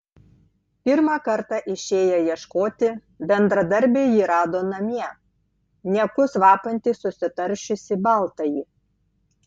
pirmą kartą išėję ieškoti bendradarbiai jį rado namie niekus vapantį susitaršiusį baltąjį